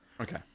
Okay